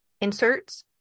inserts